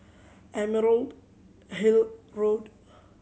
Emerald Hill Road